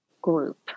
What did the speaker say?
group